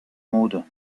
mode